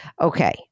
Okay